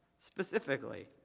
Specifically